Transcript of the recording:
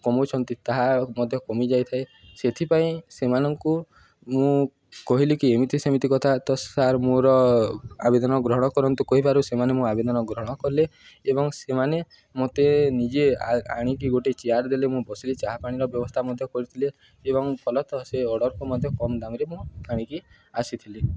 କମଉଛନ୍ତି ତାହା ମଧ୍ୟ କମିଯାଇଥାଏ ସେଥିପାଇଁ ସେମାନଙ୍କୁ ମୁଁ କହିଲି କି ଏମିତି ସେମିତି କଥା ତ ସାର୍ ମୋର ଆବେଦନ ଗ୍ରହଣ କରନ୍ତୁ କହିବାରୁ ସେମାନେ ମୁଁ ଆବେଦନ ଗ୍ରହଣ କଲେ ଏବଂ ସେମାନେ ମୋତେ ନିଜେ ଆଣିକି ଗୋଟେ ଚେୟାର୍ ଦେଲେ ମୁଁ ବସିଲି ଚାହା ପାଣିର ବ୍ୟବସ୍ଥା ମଧ୍ୟ କରିଥିଲେ ଏବଂ ଫଲତଃ ସେ ଅର୍ଡ଼ର୍କୁ ମଧ୍ୟ କମ୍ ଦାମ୍ରେ ମୁଁ ଆଣିକି ଆସିଥିଲି